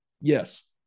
Yes